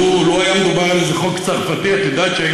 לו היה מדובר על איזה חוק צרפתי, את יודעת שהיו